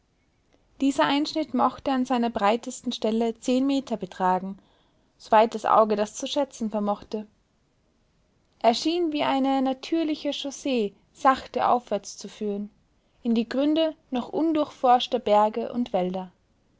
dieser einschnitt mochte an seiner breitesten stelle zehn meter betragen soweit das auge das zu schätzen vermochte er schien wie eine natürliche chaussee sachte aufwärts zu führen in die gründe noch undurchforschter berge und wälder